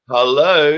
Hello